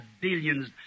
billions